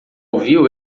ouviu